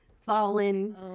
fallen